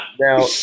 Now